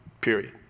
period